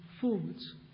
forwards